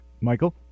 Michael